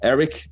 Eric